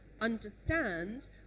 understand